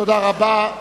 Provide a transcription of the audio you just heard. תודה רבה.